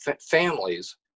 families